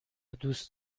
دوست